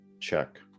check